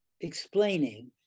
explaining